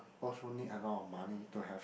also need a lot of money to have